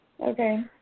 Okay